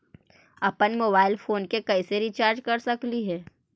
अप्पन mobile phone के कैसे रिचार्ज कर सकली हे?